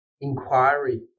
inquiry